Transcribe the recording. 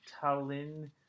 Tallinn